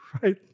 right